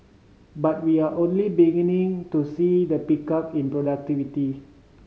but we are only beginning to see the pickup in productivity